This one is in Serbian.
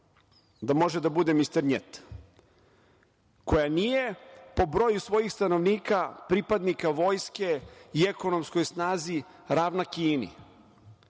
da može da bude „Mister njet“, koja nije po broju svojih stanovnika, pripadnika vojske i ekonomskoj snazi ravna Kini